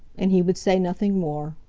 and he would say nothing more.